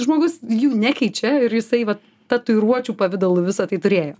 žmogus jų nekeičiau ir jisai vat tatuiruočių pavidalu visa tai turėjo